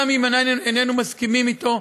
גם אם איננו מסכימים אתו,